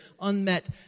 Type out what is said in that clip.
unmet